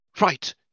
Right